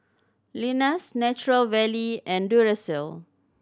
Lenas Nature Valley and Duracell